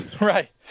Right